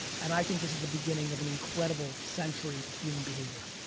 and i think this is the beginning of an incredible century of human behavior.